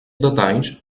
detalls